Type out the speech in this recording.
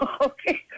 Okay